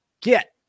Get